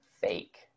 fake